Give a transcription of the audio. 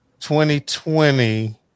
2020